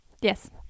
Yes